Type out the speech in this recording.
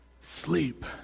Sleep